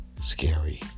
scary